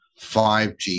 5G